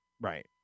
Right